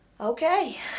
Okay